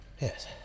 Yes